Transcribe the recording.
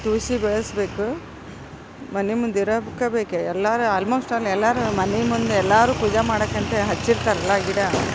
ತುಳಸಿ ಬೆಳೆಸ್ಬೇಕು ಮನೆ ಮುಂದು ಇರೋಕ್ಕೆ ಬೇಕೇ ಎಲ್ಲರ ಆಲ್ಮೋಸ್ಟ್ ಆಲ್ ಎಲ್ಲರೂ ಮನೆ ಮುಂದೆ ಎಲ್ಲರೂ ಪೂಜೆ ಮಾಡಕ್ಕಂತ್ಹೇಳಿ ಹಚ್ಚಿರ್ತಾರಲ್ಲ ಗಿಡ